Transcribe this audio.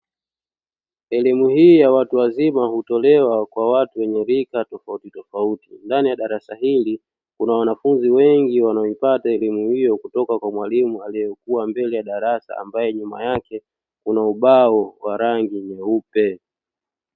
Elimu hii ya watu wazima hutolewa kwa watu wenye rika tofauti tofauti, ndani ya darasa hili, kuna wanafunzi wengi wanaopata elimu hiyo kutoka kwa mwalimu aliyekuwa mbele ya darasa ambaye nyuma yake kuna ubao wa rangi nyeupe.